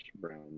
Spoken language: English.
brown